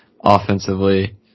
offensively